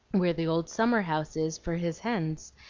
where the old summer-house is, for his hens,